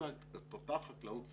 אלא אותה חקלאות שדה,